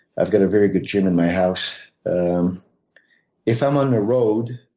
i've got a very good gym in my house. if i'm on the road,